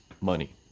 money